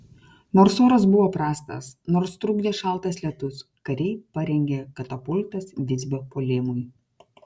nors oras buvo prastas nors trukdė šaltas lietus kariai parengė katapultas visbio puolimui